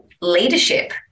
leadership